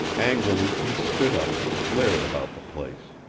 angrily he stood up and glared about the place.